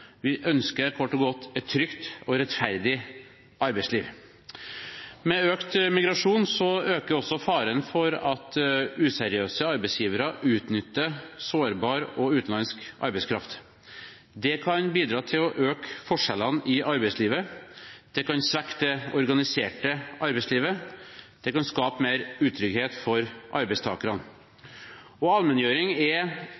Vi ønsker kort og godt et trygt og rettferdig arbeidsliv. Med økt migrasjon øker også faren for at useriøse arbeidsgivere utnytter sårbar og utenlandsk arbeidskraft. Det kan bidra til å øke forskjellene i arbeidslivet, det kan svekke det organiserte arbeidslivet, det kan skape mer utrygghet for